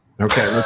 Okay